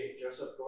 Joseph